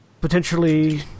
Potentially